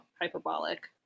hyperbolic